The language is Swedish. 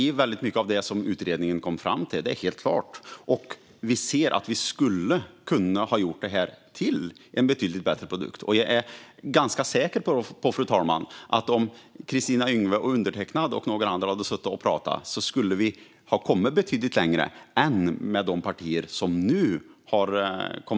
Varför?